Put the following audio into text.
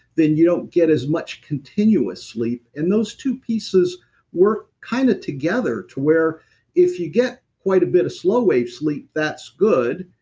then you don't get as much continuous sleep. and those two pieces work kind of together, to where if you get quite a bit of slow wave sleep, that's good.